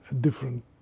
different